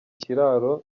ikiraro